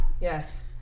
Yes